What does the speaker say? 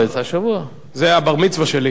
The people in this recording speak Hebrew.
אם בחוקותי, היה בבר-המצווה שלי.